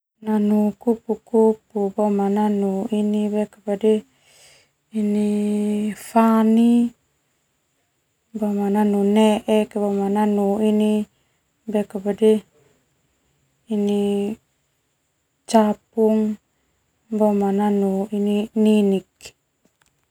Nanu kupu-kupu boma nanu ini ini fani, boma nanu ne'ek, boma nanu ini ini capung, boma nanu ini ninik.